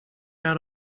out